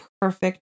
perfect